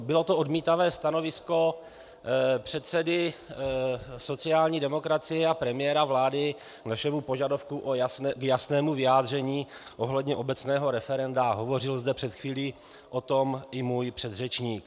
Bylo to odmítavé stanovisko předsedy sociální demokracie a premiéra vlády k našemu požadavku k jasnému vyjádření ohledně obecného referenda a hovořil před chvílí o tom i můj předřečník.